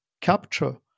capture